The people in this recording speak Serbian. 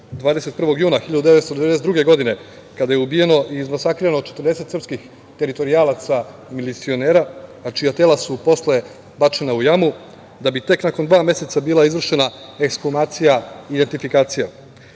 21. juna 1992. godine, kada je ubijeno i izmasakrirano 40 srpskih teritorijalaca i milicionera, a čija tela su posle bačena u jamu, da bi tek nakon dva meseca bila izvršena ekshumacija i identifikacija. Posebna